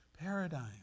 paradigm